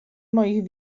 moich